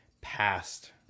past